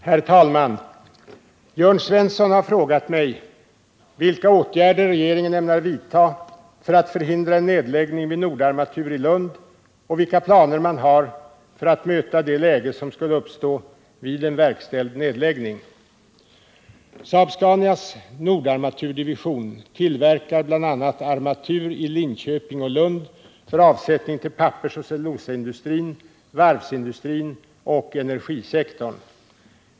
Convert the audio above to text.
Herr talman! Jörn Svensson har frågat mig vilka åtgärder regeringen ämnar vidta föratt förhindra en nedläggning av Nordarmatur i Lund och vilka planer man har för att möta det läge som skulle uppstå vid en verkställd nedläggning. Saab-Scanias Nordarmaturdivision tillverkar bl.a. armatur i Linköping och Lund för avsättning inom pappersoch cellulosaindustrin, varvsindustrin och energisektorn.